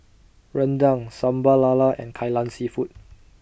Rendang Sambal Lala and Kai Lan Seafood